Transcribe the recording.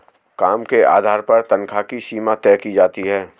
काम के आधार पर तन्ख्वाह की सीमा तय की जाती है